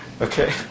Okay